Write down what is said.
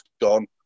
gone